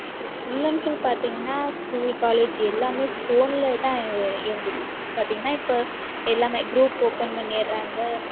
இப்போ full and full பார்த்திங்கனா school college எல்லாம் ஃபோனில் தான் இயங்குது பார்த்திங்கனா இப்போ எல்லாம் குரூப் ஓபன் பண்ணிடுறாங்க